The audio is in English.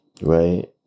Right